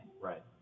Right